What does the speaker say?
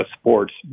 sports